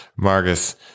Margus